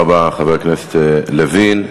תודה רבה, חבר הכנסת לוין.